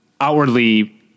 outwardly